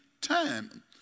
time